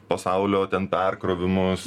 pasaulio ten perkrovimus